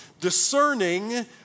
discerning